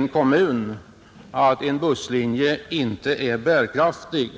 konstateras att en viss busslinje inte är bärkraftig.